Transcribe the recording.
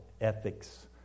ethics